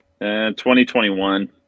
2021